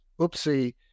oopsie